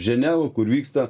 ženeva kur vyksta